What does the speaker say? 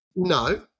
No